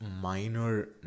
minor